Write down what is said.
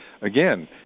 again